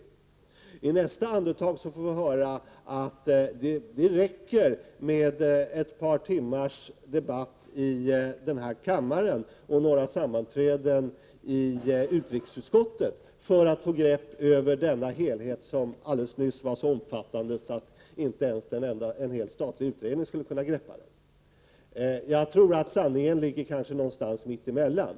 Men i nästa andetag säger han att det räcker med ett par timmars debatt här i kammaren och några sammanträden i utrikesutskottet för att vi skall få grepp över denna helhet, som alltså alldeles nyss var så omfattande att inte ens en statlig utredning skulle kunna lyckas med det. Jag tror att sanningen ligger någonstans mitt emellan.